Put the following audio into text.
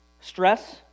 Stress